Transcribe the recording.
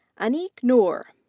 aneek noor.